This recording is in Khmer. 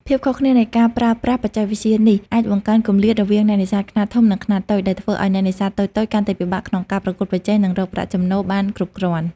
ភាពខុសគ្នានៃការចូលប្រើបច្ចេកវិទ្យានេះ អាចបង្កើនគម្លាតរវាងអ្នកនេសាទខ្នាតធំ និងខ្នាតតូច ដែលធ្វើឲ្យអ្នកនេសាទតូចៗកាន់តែពិបាកក្នុងការប្រកួតប្រជែង និងរកប្រាក់ចំណូលបានគ្រប់គ្រាន់។